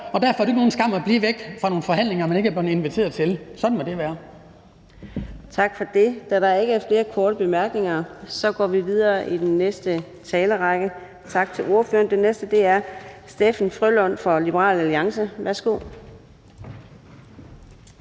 derfor er det ikke nogen skam at blive væk fra nogle forhandlinger, man ikke er blevet inviteret til. Sådan må det være. Kl. 12:12 Fjerde næstformand (Karina Adsbøl): Tak for det. Da der ikke er flere korte bemærkninger, går vi videre til den næste i talerrækken. Tak til ordføreren. Den næste er Steffen W. Frølund for Liberal Alliance. Værsgo.